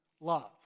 love